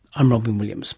i'm robyn williams